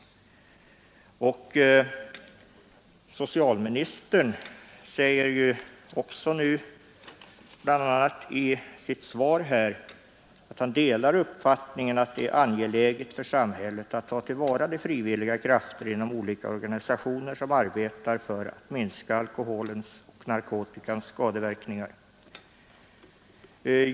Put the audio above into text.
Socialministern säger också i sitt svar att han delar uppfattningen att det är angeläget för samhället att ta till vara de frivilliga krafter inom olika organisationer som arbetar för att minska alkoholens och narkotikans skadeverkningar.